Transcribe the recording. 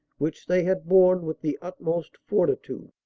which they had borne with the utmost fortitude.